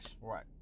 Right